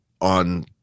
on